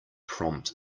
prompt